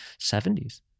70s